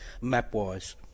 map-wise